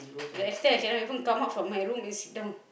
to the extent I cannot even come out from my room and sit down